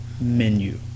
menu